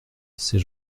c’est